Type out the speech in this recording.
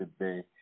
today